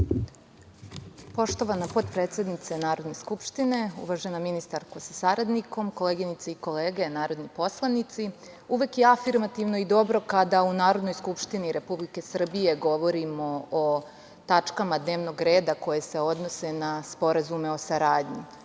Poštovana potpredsednice Narodne skupštine, uvažena ministarka sa saradnikom, koleginice i kolege narodni poslanici, uvek je afirmativno i dobro kada u Narodnoj skupštini Republike Srbije govorimo o tačkama dnevnog reda koje se odnose na sporazume o saradnji,